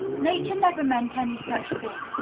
nature never meant any such thing.